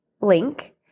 link